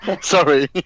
Sorry